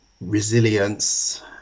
resilience